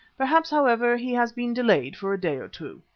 perhaps, however, he has been delayed for a day or two.